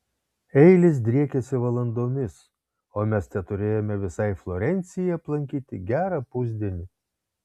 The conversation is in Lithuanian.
eilės driekiasi valandomis o mes teturėjome visai florencijai aplankyti gerą pusdienį